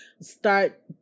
start